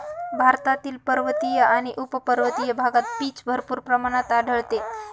भारतातील पर्वतीय आणि उपपर्वतीय भागात पीच भरपूर प्रमाणात आढळते